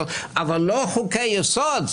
אבל לא חוקי יסוד.